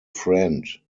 friend